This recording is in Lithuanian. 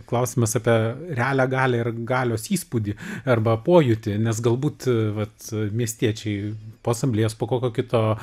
klausimas apie realią galią ir galios įspūdį arba pojūtį nes galbūt vat miestiečiai po asamblėjos po kokio kito